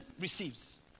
receives